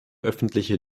öffentliche